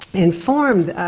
informed,